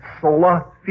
Sola